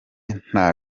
nta